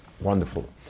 wonderful